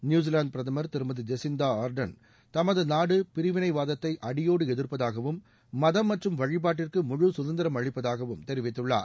New Zealand பிரதமர் திருமதி Jacinda Ardern தமது நாடு பிரிவினைவாதத்தை அடியோடி எதிர்ப்பதாகவும் மதம் மற்றும் வழிபாட்டிற்கு முழு சுதந்திரம் அளிப்பதாகவும் தெரிவித்துள்ளார்